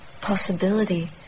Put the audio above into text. possibility